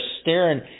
staring